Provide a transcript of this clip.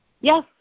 Yes